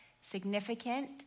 significant